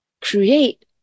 create